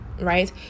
Right